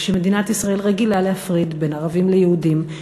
כשמדינת ישראל רגילה להפריד בין ערבים ליהודים,